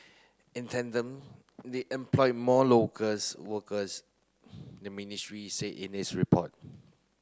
in tandem they employ more workers the ministry said in its report